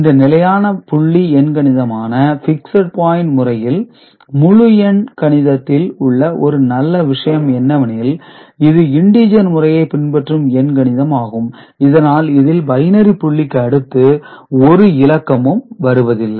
இந்த நிலையான புள்ளி எண்கணிதமான பிக்ஸட் பாயின்ட் முறையில் முழு எண் எண் கணிதத்தில் உள்ள ஒரு நல்ல விஷயம் என்னவெனில் இது இண்டீஜர் முறையை பின்பற்றும் என் கணிதம் ஆகும் அதனால் இதில் பைனரி புள்ளிக்கு அடுத்து ஒரு இலக்கமும் வருவதில்லை